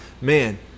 man